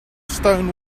stone